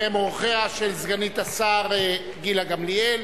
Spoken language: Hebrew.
הם אורחיה של סגנית השר גילה גמליאל.